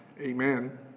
Amen